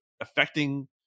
affecting